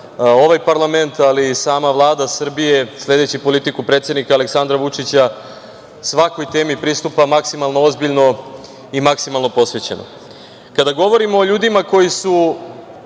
ovaj parlament, ali i sama Vlada Srbije, sledeći politiku predsednika Aleksandra Vučića, svakoj temi pristupa maksimalno ozbiljno i maksimalno posvećeno. Kada govorim o ljudima koji su